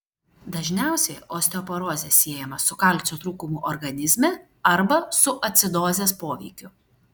dažniausiai osteoporozė siejama su kalcio trūkumu organizme arba su acidozės poveikiu